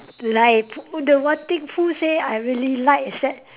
like p~ the one thing Pooh say I really like is that